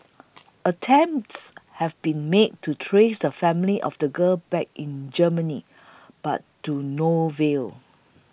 attempts have been made to trace the family of the girl back in Germany but to no avail